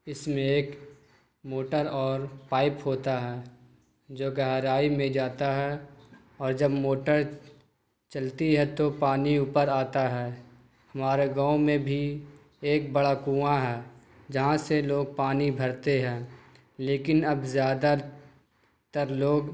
اس میں ایک موٹر اور پائپ ہوتا ہے جو گہرائی میں جاتا ہے اور جب موٹر چلتی ہے تو پانی اوپر آتا ہے ہمارے گاؤں میں بھی ایک بڑا کنواں ہے جہاں سے لوگ پانی بھرتے ہیں لیکن اب زیادہ تر لوگ